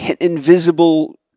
invisible